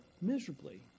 miserably